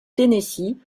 tennessee